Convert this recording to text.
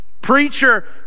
Preacher